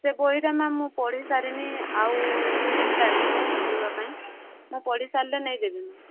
ସେ ବହିଟା ମ୍ୟାମ୍ ମୁଁ ପଢ଼ି ସାରିନି ଆଉ ଦୁଇ ଦିନ ଲାଗିବ ପଢ଼ିବା ପାଇଁ ମୁଁ ପଢ଼ି ସାରିଲେ ନେଇ ଦେବି ମ୍ୟାମ୍